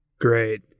Great